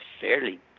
fairly